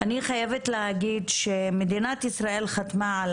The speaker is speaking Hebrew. אני חייבת להגיד שמדינת ישראל חתמה על